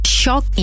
shock